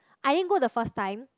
I didn't go the first time